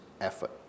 effort